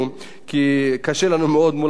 כי קשה לנו מאוד מול הממשלה,